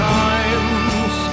times